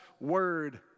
word